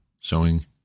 sowing